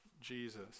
Jesus